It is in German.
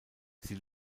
sie